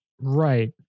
Right